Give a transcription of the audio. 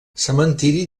cementiri